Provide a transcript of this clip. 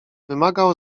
wymagał